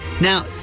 Now